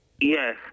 Yes